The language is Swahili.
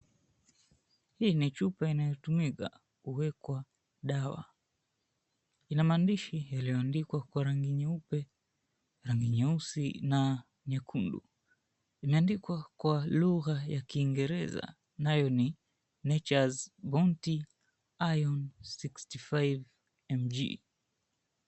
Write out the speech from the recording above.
Hii ni chupa inayotumika kuwekwa dawa. Ina maandishi iliyoandikwa kwa rangi nyeupe rangi nyeusi na nyekundu. Imeandikwa kwa lugha ya kingereza nayo ni NATURES BOUNTY, IRON 65mg .